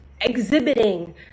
exhibiting